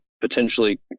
potentially